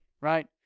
right